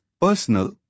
personal